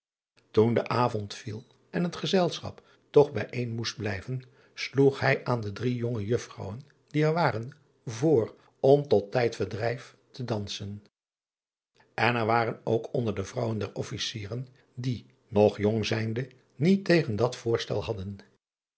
oen de avond viel en het gezelschap toch bijeen moest blijven sloeg hij aan de drie jonge juffrouwen die er waren voor om tot tijdverdrijf te danfen en er waren ook onder de vrouwen der fficieren die nog jong zijnde niet tegen dat voorstel hadden